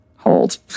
hold